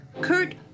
Kurt